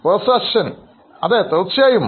പ്രൊഫസർഅശ്വിൻഅതെ തീർച്ചയായും